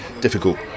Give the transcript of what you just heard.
difficult